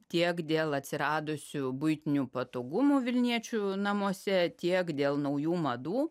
tiek dėl atsiradusių buitinių patogumų vilniečių namuose tiek dėl naujų madų